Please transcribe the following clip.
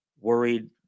Worried